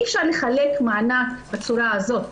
אי אפשר לחלק מענק בצורה הזאת.